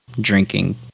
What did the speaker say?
drinking